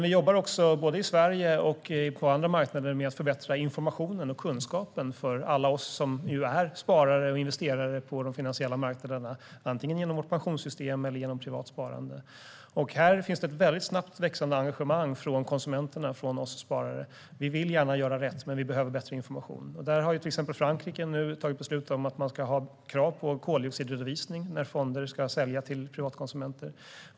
Vi jobbar också både i Sverige och på andra marknader med att förbättra informationen och kunskapen för alla oss som ju är sparare och investerare på de finansiella marknaderna, antingen genom vårt pensionssystem eller genom privat sparande. Här finns ett väldigt snabbt växande engagemang från konsumenterna, från oss sparare. Vi vill gärna göra rätt, men vi behöver information. Till exempel har Frankrike nu fattat beslut om krav på koldioxidredovisning när fonder ska säljas till privatkonsumenter.